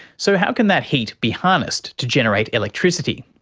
so how can that heat be harnessed to generate electricity?